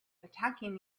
attacking